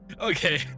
Okay